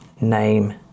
name